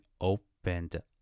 opened